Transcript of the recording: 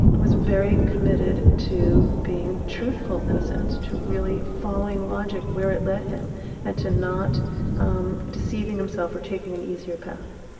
was very committed to being truthful, in a sense, to really following logic where it lead him and to not um deceiving himself or taking an easier path.